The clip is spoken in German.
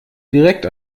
direkt